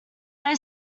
they